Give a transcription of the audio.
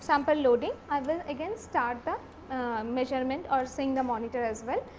sample loading, i will again start the measurement or seeing the monitor as well.